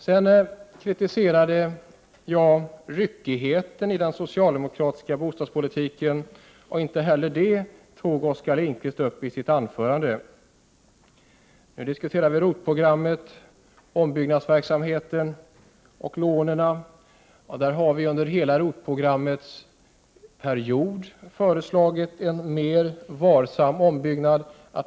Jag kritiserade ryckigheten i den socialdemokratiska bostadspolitiken. Inte heller detta tog Oskar Lindkvist upp i sitt anförande. Vi diskuterar nu ROT-programmet, ombyggnadsverksamheten och lånen. Vi har under hela den period som ROT-programmet funnits föreslagit en mer varsam ombyggnad.